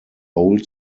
old